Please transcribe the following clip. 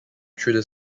through